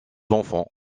enfants